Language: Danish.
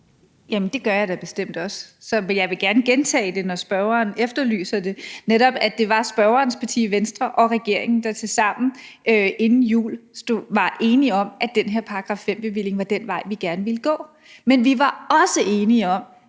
Jamen det gør jeg da bestemt også. Så jeg vil gerne gentage det, når spørgeren efterlyser det, altså netop at det var spørgerens parti, Venstre, og regeringen, der tilsammen inden jul var enige om, at den her § 5-bevilling var den vej, vi gerne ville gå. Men vi var også enige om,